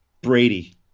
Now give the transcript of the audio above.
Brady